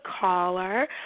caller